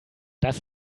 das